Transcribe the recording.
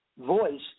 voice